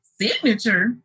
signature